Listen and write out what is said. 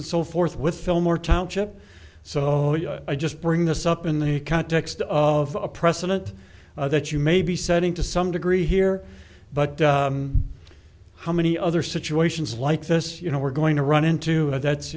and so forth with fillmore township so i just bring this up in the context of a precedent that you may be setting to some degree here but how many other situations like this you know we're going to run into and that's